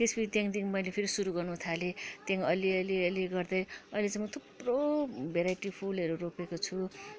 त्यसपिच्छे त्यहाँदेखिन् मैले फेरि सुरु गर्न थालेँ त्यहाँदेखिन् अलिअलिअलि गर्दै अहिले चाहिँ म थुप्रो भेराइटी फुलहेरू रोपेको छु